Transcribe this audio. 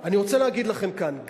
אני רוצה להגיד לכם כאן,